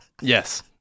Yes